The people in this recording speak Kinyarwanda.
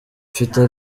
mfite